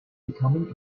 becoming